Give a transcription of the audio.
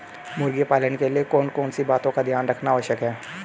मुर्गी पालन के लिए कौन कौन सी बातों का ध्यान रखना आवश्यक है?